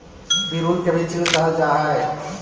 पिरुल के भी चीड़ कहल जा हई